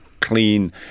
clean